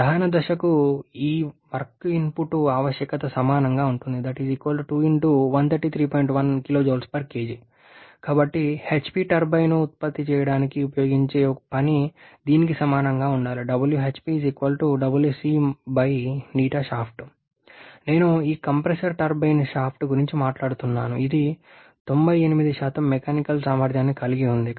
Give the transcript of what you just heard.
దహన దశకు ఈ వర్క్ ఇన్పుట్ ఆవశ్యకత సమానంగా ఉంటుంది కాబట్టి HP టర్బైన్ ఉత్పత్తి చేయడానికి ఉపయోగించే పని దీనికి సమానంగా ఉండాలి నేను ఈ కంప్రెసర్ టర్బైన్ షాఫ్ట్ గురించి మాట్లాడుతున్నాను ఇది 98 మెకానికల్ సామర్థ్యాన్ని కలిగి ఉంది